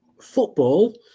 football